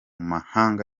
mahanga